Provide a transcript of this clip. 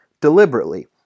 deliberately